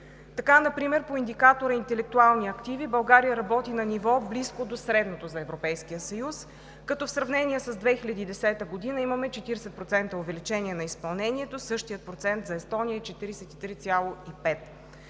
Така например по индикатора „Интелектуални активи“ България работи на ниво близко до средното за Европейския съюз, като в сравнение с 2010 г. имаме 40% увеличение на изпълнението. Същият процент за Естония е 43,5%.